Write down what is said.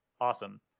awesome